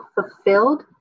fulfilled